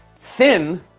thin